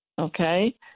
okay